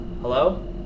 Hello